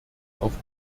auf